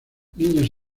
niños